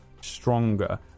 stronger